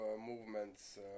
movements